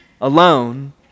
alone